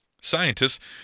Scientists